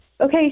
Okay